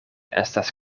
estas